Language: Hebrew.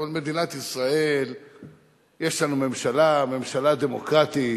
אבל במדינת ישראל יש ממשלה, ממשלה דמוקרטית.